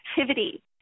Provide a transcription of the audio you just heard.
activity